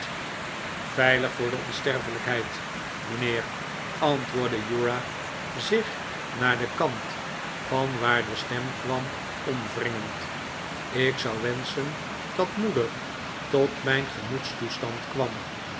veilig voor de onsterfelijkheid mijnheer antwoordde uriah zich naar den kant vanwaar de stem kwam omwringend ik zou wenschen dat moeder tot mijn gemoedstoestand kwam